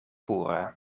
pura